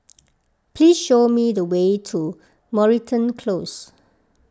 please show me the way to Moreton Close